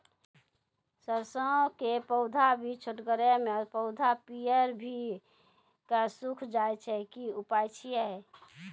सरसों के पौधा भी छोटगरे मे पौधा पीयर भो कऽ सूख जाय छै, की उपाय छियै?